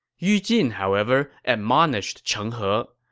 yu jin, however, admonished cheng he.